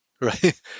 right